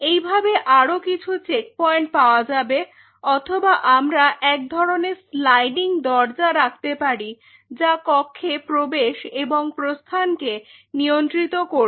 এইভাবে আরো কিছু চেক পয়েন্ট পাওয়া যাবে অথবা আমরা এক ধরনের স্লাইডিং দরজা রাখতে পারি যা কক্ষে প্রবেশ এবং প্রস্থানকে নিয়ন্ত্রিত করবে